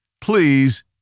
Please